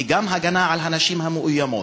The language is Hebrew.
וגם הגנה על הנשים המאוימות,